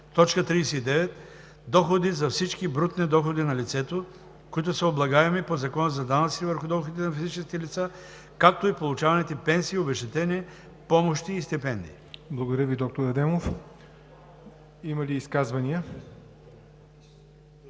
39. „Доходи“ са всички брутни доходи на лицето, които са облагаеми по Закона за данъците върху доходите на физическите лица, както и получаваните пенсии, обезщетения, помощи и стипендии.“ ПРЕДСЕДАТЕЛ ЯВОР НОТЕВ: Има ли изказвания?